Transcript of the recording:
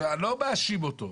עכשיו אני לא מאשים אותו,